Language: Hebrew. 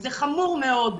זה חמור מאוד.